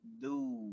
dude